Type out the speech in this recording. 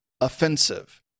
offensive